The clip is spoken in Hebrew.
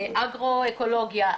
אגרו-אקולוגיה.